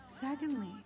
Secondly